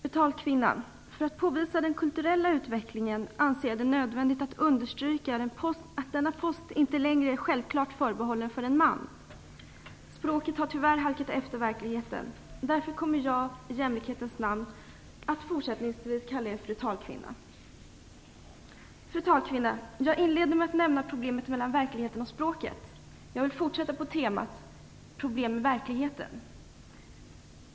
Fru talkvinna! För att påvisa den kulturella utvecklingen anser jag det nödvändigt att understryka att talmansposten inte längre är självklart förbehållen en man. Språket har tyvärr halkat efter verkligheten. Därför kommer jag i jämlikhetens namn att fortsättningsvis kalla er fru talkvinna. Jag inleder med att nämna problemet mellan verkligheten och språket. Jag vill fortsätta på temat problem med verkligheten.